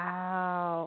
Wow